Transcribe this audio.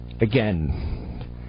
Again